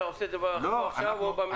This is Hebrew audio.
אתה עושה את זה עכשיו או במליאה.